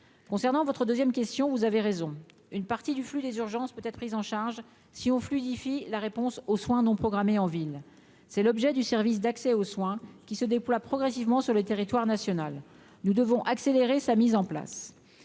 concernant votre 2ème question : vous avez raison : une partie du flux des urgences peut être prise en charge si on fluidifie la réponse aux soins non programmés en ville, c'est l'objet du service d'accès aux soins qui se déploie progressivement sur le territoire national, nous devons accélérer sa mise en place,